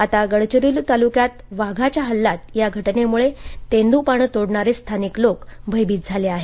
आता गडचिरोली ताल्क्यात वाघाच्या हल्ल्याच्या या घटनेमुळे तेंद्पानं तोडणारे स्थानिक लोक भयभित झाले आहेत